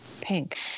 pink